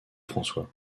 françois